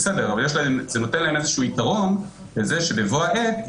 בסדר זה נותן להם איזשהו יתרון לזה שבבוא העת,